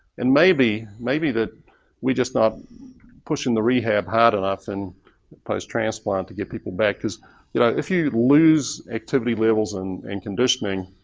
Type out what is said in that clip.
and maybe maybe that we just aren't pushing the rehab hard enough in post transplant to get people back because you know if you lose activity levels and and conditioning,